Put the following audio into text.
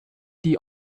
die